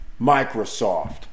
Microsoft